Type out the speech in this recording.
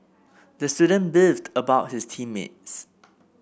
the student beefed about his team mates